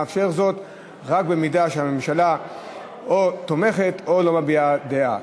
הוא מאפשר זאת רק אם הממשלה תומכת או לא מביעה דעה.